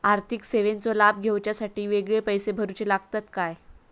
आर्थिक सेवेंचो लाभ घेवच्यासाठी वेगळे पैसे भरुचे लागतत काय?